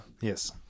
Yes